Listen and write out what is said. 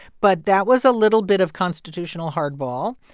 but that was a little bit of constitutional hardball.